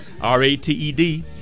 R-A-T-E-D